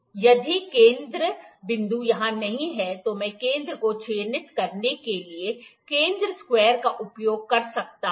यदि केंद्र बिंदु यहां नहीं है तो मैं केंद्र को चिह्नित करने के लिए केंद्र स्क्वेयर का उपयोग कर सकता हूं